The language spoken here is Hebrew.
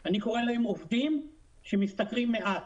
אלא אני קורא לאוכלוסיות האלה עובדים שמשתכרים מעט.